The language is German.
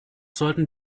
sollten